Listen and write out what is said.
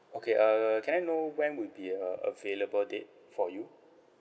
okay uh can I know when would be uh available date for you